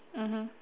mmhmm